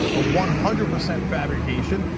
a one hundred percent fabrication,